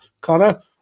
Connor